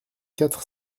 quatre